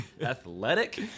athletic